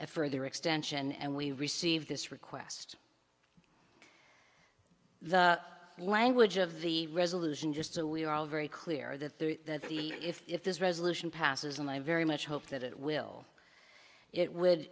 a further extension and we received this request the language of the resolution just so we're all very clear that the if this resolution passes and i very much hope that it will it w